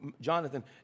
Jonathan